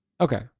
Okay